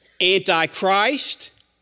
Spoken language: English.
Anti-Christ